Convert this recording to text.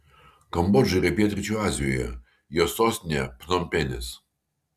kambodža yra pietryčių azijoje jos sostinė pnompenis